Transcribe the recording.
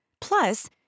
Plus